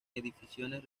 ediciones